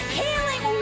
healing